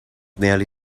nearly